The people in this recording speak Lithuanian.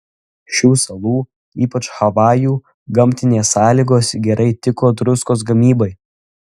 šių salų ypač havajų gamtinės sąlygos gerai tiko druskos gamybai